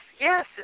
yes